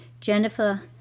Jennifer